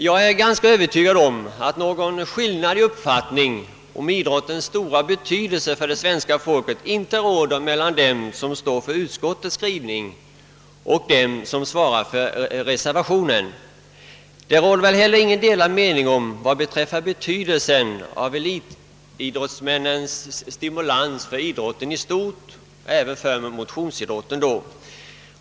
Jag är övertygad om att det inte råder någon skillnad i uppfattningen om idrottens stora betydelse för det svenska folket mellan utskottsmajoriteten och reservanterna. Det torde heller inte råda några delade meningar om elitidrottsmännens betydelse som stimulans för idrotten i stort — även för motionsidrotten.